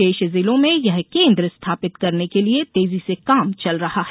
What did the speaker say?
शेष जिलों में ये केन्द्र स्थापित करने के लिये तेजी से काम चल रहा है